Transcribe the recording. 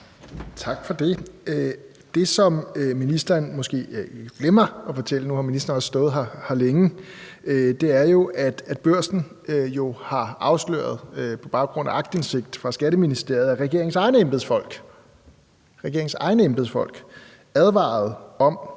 Tak for det. Det, som ministeren måske glemmer at fortælle – nu har ministeren også stået her længe – er jo, at Børsen på baggrund af aktindsigt fra Skatteministeriet har afsløret, at regeringens egne embedsfolk, altså